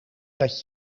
dat